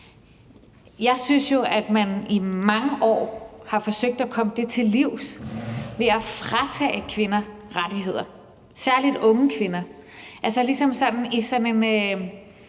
Jeg synes jo, at man i mange år har forsøgt at komme det til livs ved at fratage kvinder rettigheder, særligt unge kvinder, altså at man – hvad kan